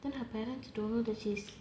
then her parents don't know that she's